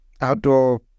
outdoor